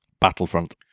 Battlefront